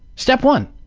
step one.